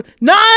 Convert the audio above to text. Nine